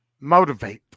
Motivate